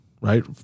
right